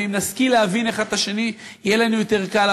ואם נשכיל להבין אחד את השני יהיה לנו יותר קל.